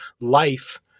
life